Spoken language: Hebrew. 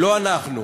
לא אנחנו,